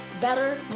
better